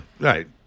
right